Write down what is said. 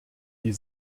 die